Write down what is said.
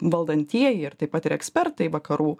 valdantieji ir taip pat ir ekspertai vakarų